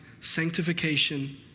sanctification